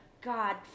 God